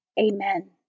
Amen